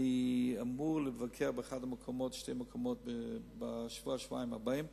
אני אמור לבקר בשני מקומות בשבוע-שבועיים הבאים,